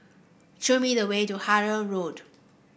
show me the way to Harlyn Road